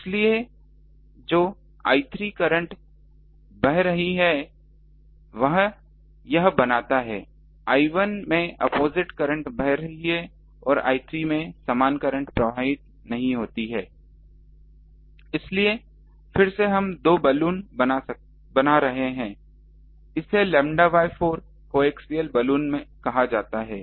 इसलिए जो I3 current I3 बह रही है यह बनाता है I1 में अपोजिट करंट बह रही है और I3 में समान करंट प्रवाहित नहीं होती है इसलिए फिर से हम दो बलून बना रहे हैं इसे लैम्ब्डा बाय 4 कोएक्सियल बलून कहा जाता है